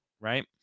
right